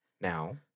Now